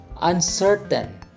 Uncertain